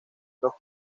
los